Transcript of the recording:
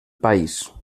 país